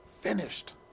finished